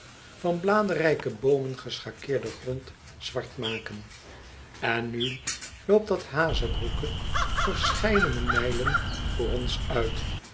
van bladrijke boomen geschakeerden grond zwart maken en nu loopt dat itazebroucke verscheidene mijlen voor ons uit